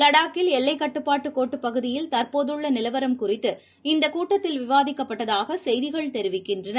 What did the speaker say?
லடாக்கில் எல்லைக்கட்டுப்பாட்டுகோட்டுப் பகுதியில் தற்போதுள்ளநிலவரம் குறித்து இந்தக் கூட்டத்தில் விவாதிக்கப்பட்டதாகசெய்திகள் தெரிவிக்கின்றன